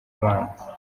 abana